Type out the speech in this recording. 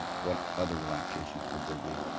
what other relaxations would there be?